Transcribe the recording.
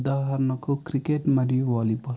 ఉదాహరణకు క్రికెట్ మరియు వాలీబాల్